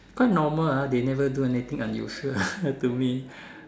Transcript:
quite normal ah they never do anything unusual to me